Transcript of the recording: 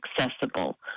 accessible